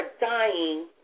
dying